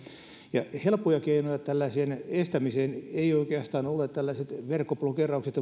helppoja keinoja estämiseen ei oikeastaan ole tällaiset verkkoblokeeraukset